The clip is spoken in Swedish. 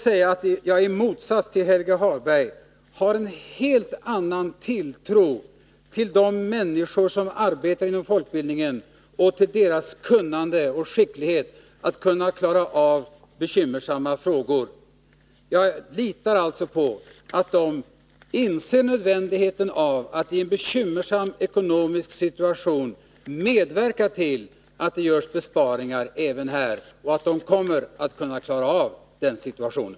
I motsats till Helge Hagberg hyser jag tilltro till de människor som arbetar inom folkbildningen, till deras kunnande och till deras skicklighet att klara bekymmersamma frågor. Jag litar alltså på att de inser nödvändigheten av att i en bekymmersam ekonomisk situation medverka till att det görs besparingar även här och att de kommer att kunna klara av den situationen.